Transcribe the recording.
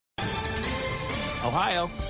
Ohio